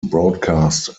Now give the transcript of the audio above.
broadcast